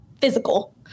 physical